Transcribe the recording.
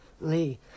Lee